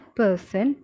person